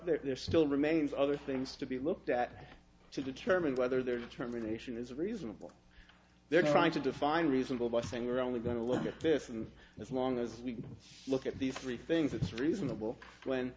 are there still remains other things to be looked at to determine whether their determination is reasonable they're trying to define reasonable bussing we're only going to look at this and as long as we look at these three things it's reasonable when